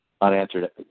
unanswered